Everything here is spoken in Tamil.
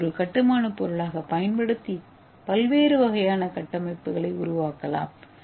ஏவை ஒரு கட்டுமானப் பொருளாகப் பயன்படுத்தி பல்வேறு வகையான கட்டமைப்புகளை உருவாக்கலாம்